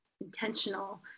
intentional